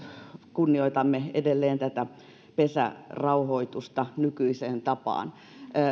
kunnioitamme edelleen tätä pesärauhoitusta nykyiseen tapaan